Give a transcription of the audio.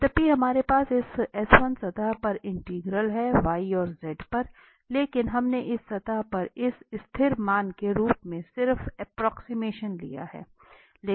यद्यपि हमारे पास इस सतह पर इंटीग्रल है yz पर लेकिन हमने इस सतह पर इस स्थिर मान के रूप में सिर्फ एप्रोक्सिमेशन लिया है